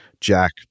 Jack